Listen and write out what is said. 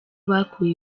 bakuye